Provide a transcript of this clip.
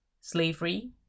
slavery